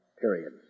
Period